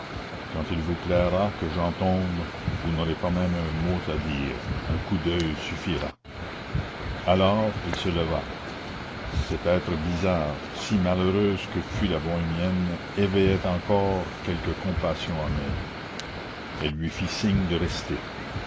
quand il vous plaira que j'en tombe vous n'aurez pas même un mot à dire un coup d'oeil suffira alors il se leva cet être bizarre si malheureuse que fût la bohémienne éveillait encore quelque compassion en elle elle lui fit signe de rester